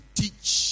teach